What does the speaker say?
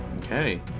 Okay